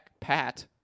pat